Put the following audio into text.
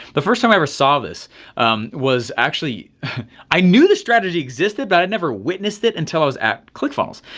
the first time i ever saw this was actually i knew the strategy existed, but i never witnessed it until i was at clickfunnels.